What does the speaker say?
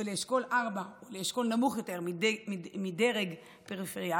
ולאשכול 4 או לאשכול נמוך יותר מדרג פריפריאלי,